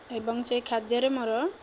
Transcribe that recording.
ଏବଂ ସେହି ଖାଦ୍ୟରେ ମୋର